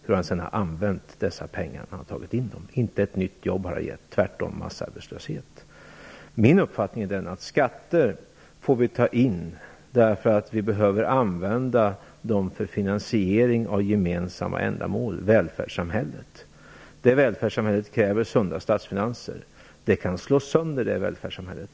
Hur har han sedan använt de pengar han tagit in? Det har inte gett ett enda nytt jobb. Det har tvärtom blivit massarbetslöshet. Min uppfattning är den att skatter får vi ta in därför att vi behöver använda dem till finansiering av gemensamma ändamål i välfärdssamhället. Detta välfärdssamhälle kräver sunda statsfinanser. Politiker av Bo Lundgrens typ kan slå sönder det välfärdssamhället.